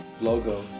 logo